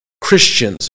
Christians